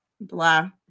blah